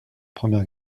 première